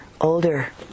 older